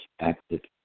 acted